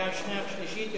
קריאה שנייה ושלישית.